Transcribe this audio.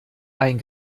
ein